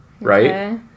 right